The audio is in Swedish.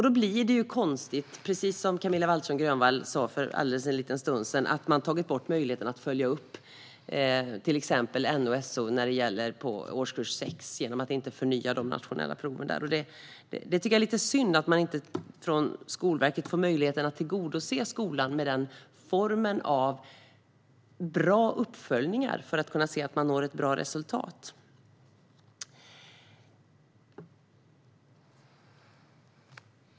Då blir det konstigt att man, precis som Camilla Waltersson Grönvall sa för en liten stund sedan, har tagit bort möjligheten att följa upp till exempel NO och SO när det gäller årskurs 6 genom att inte förnya de nationella proven. Det är lite synd att Skolverket inte får möjlighet att tillgodose skolan med denna form av bra uppföljningar för att se att man når ett bra resultat.